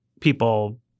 people